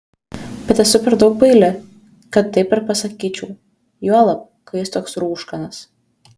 bet esu per daug baili kad taip ir pasakyčiau juolab kai jis toks rūškanas